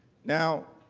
now,